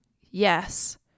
Yes